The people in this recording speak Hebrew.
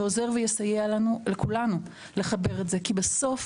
ועוזר ויסייע לכולנו לחבר את זה כי בסוף